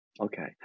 Okay